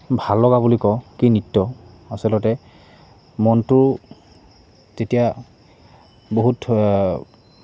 ভাললগা বুলি কওঁ কি নৃত্য আচলতে মনটো তেতিয়া বহুত